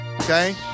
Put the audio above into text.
Okay